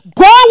go